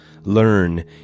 learn